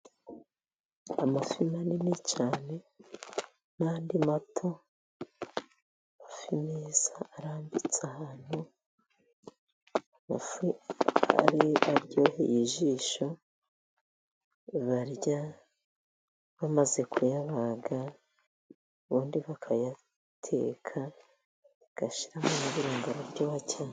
Amafi manini cyane n'andi mato. Amafi meza arambitse ahantu. Amafi aryoheye ijisho, barya bamaze kuyabaga, ubundi bakayateka ,bagashiramo indirimbo barya bakeza.